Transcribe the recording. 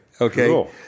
Okay